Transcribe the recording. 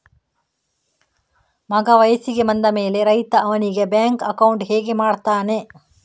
ಮಗ ವಯಸ್ಸಿಗೆ ಬಂದ ಮೇಲೆ ರೈತ ಅವನಿಗೆ ಬ್ಯಾಂಕ್ ಅಕೌಂಟ್ ಹೇಗೆ ಮಾಡ್ತಾನೆ?